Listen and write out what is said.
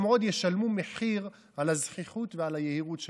הם עוד ישלמו מחיר על הזחיחות ועל היהירות שלהם.